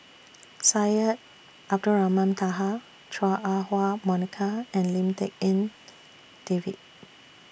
Syed Abdulrahman Taha Chua Ah Huwa Monica and Lim Tik En David